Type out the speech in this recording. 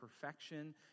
perfection